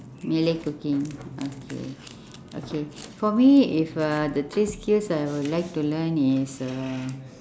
malay cooking okay okay for me if uh the three skill I would like to learn is uh